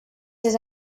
did